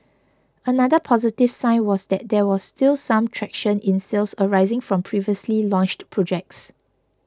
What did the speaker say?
another positive sign was that there was still some traction in sales arising from previously launched projects